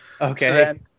Okay